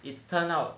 it turned out